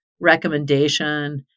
recommendation